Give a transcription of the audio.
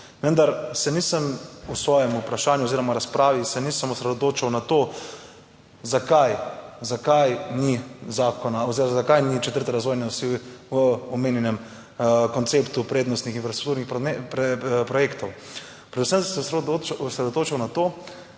Vendar se nisem, v svojem vprašanju oziroma razpravi se nisem osredotočil na to zakaj, zakaj ni zakona oziroma zakaj ni četrte razvojne osi v omenjenem konceptu prednostnih infrastrukturnih projektov. Predvsem sem se osredotočil na to,